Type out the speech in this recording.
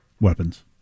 weapons